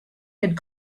had